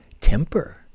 temper